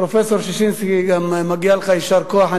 פרופסור ששינסקי, גם מגיע לך יישר כוח.